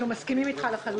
אנחנו מסכימים אתך לחלוטין.